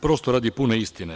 Prosto radi pune istine.